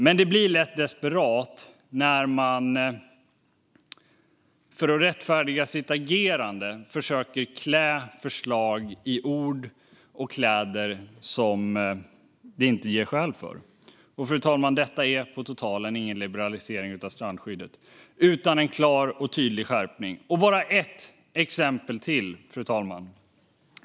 Men det blir lätt desperat när man för att rättfärdiga sitt agerande försöker klä förslag i ord och kläder som det inte gör skäl för. Fru talman! Detta är på totalen inte någon liberalisering av strandskyddet utan en klar och tydlig skärpning. Jag ska bara ta ett exempel till, fru talman.